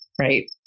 right